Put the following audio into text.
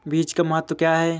बीज का महत्व क्या है?